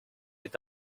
est